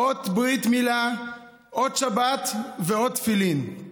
אות ברית מילה, אות שבת ואות תפילין.